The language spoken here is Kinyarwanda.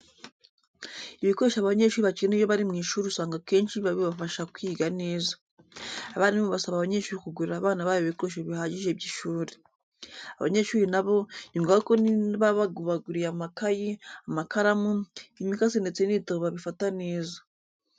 Ibikoresho abanyeshuri bakenera iyo bari mu ishuri usanga akenshi biba bibafasha kwiga neza. Abarimu basaba ababyeyi kugurira abana babo ibikoresho bihagije by'ishuri. Abanyeshuri na bo ni ngombwa ko niba babaguriye amakayi, amakaramu, imikasi ndetse n'ibitabo babifata neza.